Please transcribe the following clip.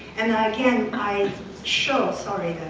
and again, i show sorry,